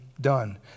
done